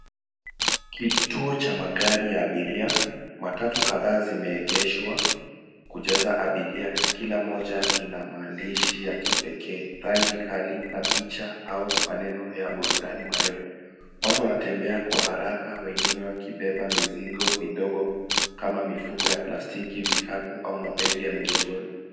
Kituo cha magari ya abiria. Matatu kadhaa zimeegeshwa kujaza abiria .Kila moja ina maandishi ya kipekee. Rangi kali na picha au maneno ya burudani marefu. Watu wanatembea kwa haraka wengine wakibeba mizigo midogo kama mifuko ya plastiki, vikapu au mabegi ya migongoni.